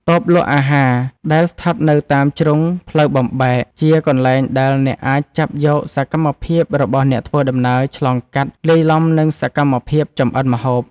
តូបលក់អាហារដែលស្ថិតនៅតាមជ្រុងផ្លូវបំបែក ជាកន្លែងដែលអ្នកអាចចាប់យកសកម្មភាពរបស់អ្នកធ្វើដំណើរឆ្លងកាត់ លាយឡំនឹងសកម្មភាពចម្អិនម្ហូប។